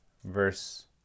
verse